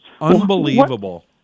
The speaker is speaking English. Unbelievable